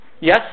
Yes